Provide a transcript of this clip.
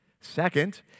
second